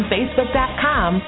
Facebook.com